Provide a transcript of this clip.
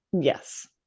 yes